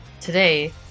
Today